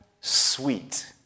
sweet